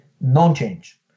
non-change